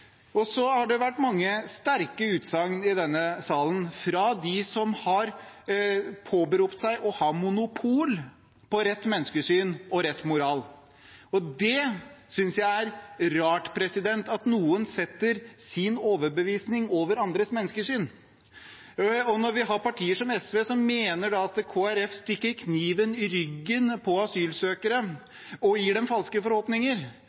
Og så har det vært mange sterke utsagn i denne salen fra dem som har påberopt seg å ha monopol på rett menneskesyn og rett moral. Jeg synes det er rart at noen setter sin overbevisning over andres menneskesyn. Når vi har partier som SV, som mener at Kristelig Folkeparti stikker kniven i ryggen på asylsøkeren og gir falske forhåpninger: